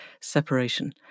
separation